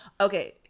Okay